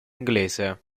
inglese